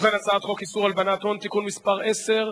את הצעת חוק איסור הלבנת הון (תיקון מס' 10),